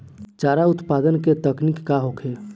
चारा उत्पादन के तकनीक का होखे?